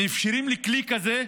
מאפשרים לייבא כלי כזה?